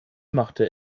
machte